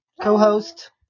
co-host